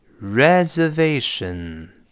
reservation